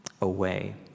away